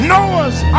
Noah's